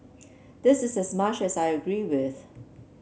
this is as much as I agree with